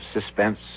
suspense